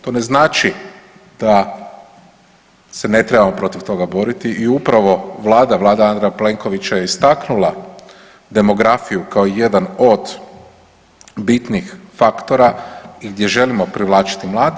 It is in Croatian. To ne znači da se ne trebamo protiv toga boriti i upravo Vlada, Vlada Andreja Plenkovića je istaknula demografiju kao jedan od bitnih faktora gdje želimo privlačiti mlade.